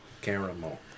Caramel